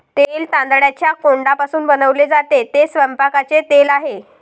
तेल तांदळाच्या कोंडापासून बनवले जाते, ते स्वयंपाकाचे तेल आहे